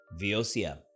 VOCM